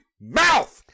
mouth